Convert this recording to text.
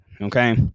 okay